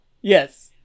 Yes